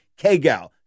KGAL